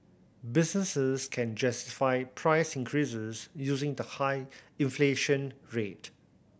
businesses can justify price increases using the high inflation rate